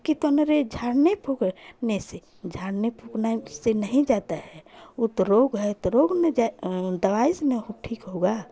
कि तुम्हारे झाड़ने फूंकने से झाड़ने फूंकने से नहीं जाता है ऊ तो रोग है तो रोग में जा अ दवाई न ऊ ठीक होगा